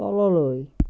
তললৈ